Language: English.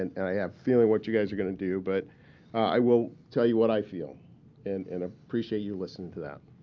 and and i have a feeling what you guys are going to do, but i will tell you what i feel and and appreciate you listening to that.